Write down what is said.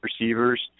receivers